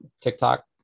tiktok